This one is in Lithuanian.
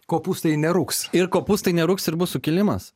kopūstai nerūgs ir kopūstai nerūgs ir bus sukilimas